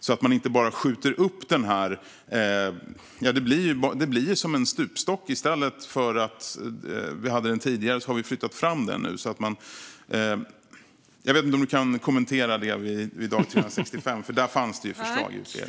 Man får inte bara skjuta upp detta; vi hade stupstocken tidigare, men nu har vi flyttat fram den. Jag vet inte om du kan kommentera detta med dag 365, men där fanns det alltså förslag i utredningen.